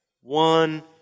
one